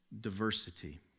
diversity